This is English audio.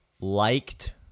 liked